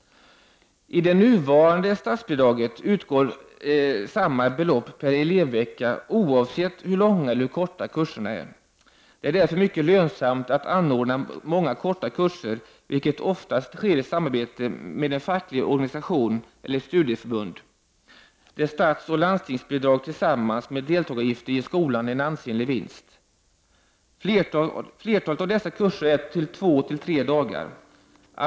Det nuvarande statsbidraget utgår med samma belopp per elevvecka, oavsett hur långa eller korta kurserna är. Det är därför mycket lönsamt att anordna många korta kurser, vilket oftast sker i samarbete med en facklig organisation eller ett studieförbund, där statsoch landstingsbidrag tillsammans med deltagaravgifter ger skolan en ansenlig vinst. Flertalet av dessa kurser är två till tre dagar långa.